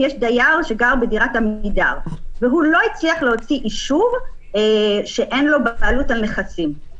דייר שגר בדירת עמידר והוא לא הצליח להוציא אישור שאין לו בעלות נכסים,